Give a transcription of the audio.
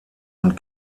und